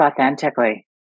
authentically